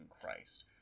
Christ